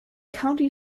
county